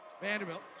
Vanderbilt